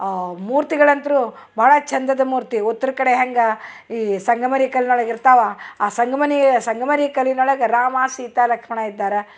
ಮೂರ್ತಿಗಳಂತ್ರು ಬಹಳ ಚಂದದ ಮೂರ್ತಿ ಉತ್ರ ಕಡೆ ಹೆಂಗೆ ಈ ಸಂಗಮರಿ ಕಲ್ನೊಳ್ಗಿರ್ತಾವ ಆ ಸಂಗಮನೀ ಸಂಗಮರಿ ಕಲ್ಲಿನೊಳಗ ರಾಮ ಸೀತಾ ಲಕ್ಷ್ಮಣ ಇದ್ದಾರೆ